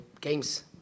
games